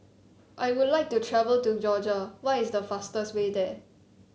I would like to travel to Georgia what is the fastest way there